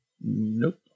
Nope